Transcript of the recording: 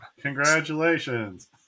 Congratulations